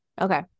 Okay